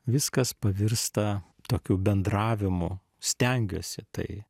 viskas pavirsta tokiu bendravimu stengiuosi tai